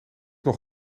nog